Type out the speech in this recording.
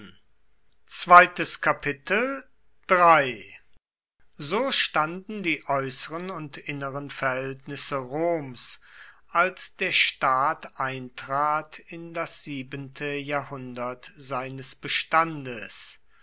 so standen die äußeren und inneren verhältnisse roms als der staat eintrat in das siebente jahrhundert seines bestandes